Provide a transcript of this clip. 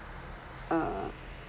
uh